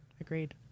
agreed